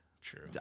True